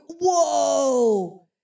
whoa